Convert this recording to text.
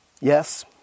Yes